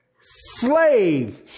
slave